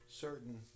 certain